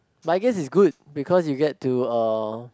but I guess is good because you get to uh